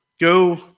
go